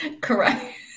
correct